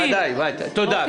ודאי, תודה.